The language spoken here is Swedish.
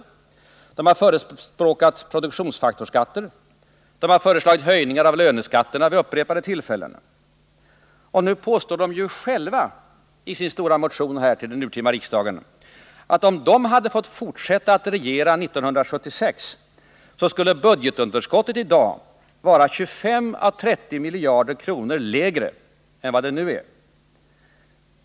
Man har förespråkat produktionsfaktorsskatter, man har föreslagit höjningar av löneskatterna vid upprepade tillfällen, och nu påstår socialdemokraterna själva i sin stora motion till den urtima riksdagen att om de hade fått fortsätta att regera 1976, så skulle budgetunderskottet i dag ha varit 25 å 30 miljarder kronor lägre än vad det är.